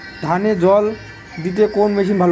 ধানে জল দিতে কোন মেশিন ভালো?